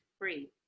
free